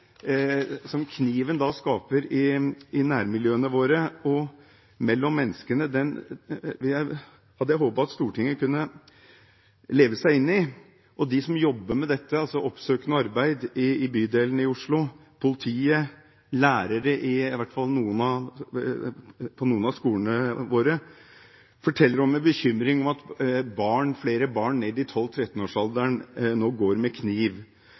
mellom mennesker, hadde jeg håpet at Stortinget kunne leve seg inn i. De som jobber med dette, med oppsøkende arbeid i bydelene i Oslo – politiet og lærere på i hvert fall noen av skolene våre – forteller om en bekymring for at flere barn ned i 12–13-årsalderen nå går med kniv,